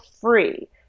free